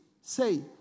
say